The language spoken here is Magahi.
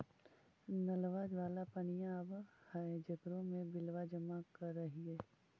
नलवा वाला पनिया आव है जेकरो मे बिलवा जमा करहिऐ?